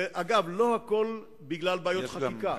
אגב, לא הכול בגלל בעיות חקיקה.